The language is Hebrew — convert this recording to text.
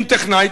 אם טכנאי,